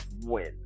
win